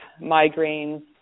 migraines